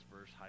verse